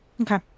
Okay